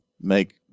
make